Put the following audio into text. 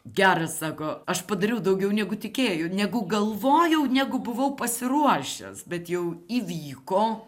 geras sako aš padariau daugiau negu tikėju negu galvojau negu buvau pasiruošęs bet jau įvyko